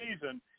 season